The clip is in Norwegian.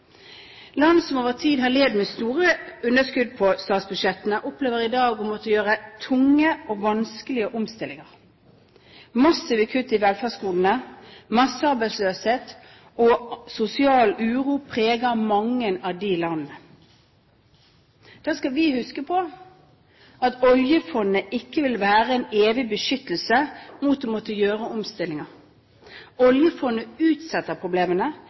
Land som over tid har levd med store underskudd på statsbudsjettene, opplever i dag å måtte gjøre tunge og vanskelige omstillinger. Massive kutt i velferdsgodene, massearbeidsløshet og sosial uro preger mange av de landene. Da skal vi huske på at oljefondet ikke vil være en evig beskyttelse mot å måtte gjøre omstillinger. Oljefondet utsetter problemene,